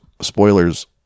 spoilers